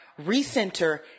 recenter